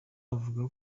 avuga